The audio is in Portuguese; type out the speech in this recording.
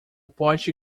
pote